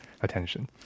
attention